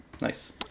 Nice